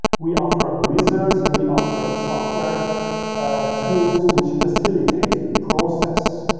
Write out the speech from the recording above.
we offer wizards we offer software tools, which facilitate the process.